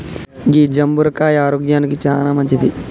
గీ జంబుర కాయ ఆరోగ్యానికి చానా మంచింది